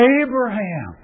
Abraham